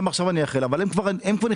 גם עכשיו אנחנו נחיל אבל הם כבר נכנסו